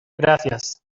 gracias